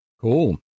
Cool